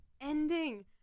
ending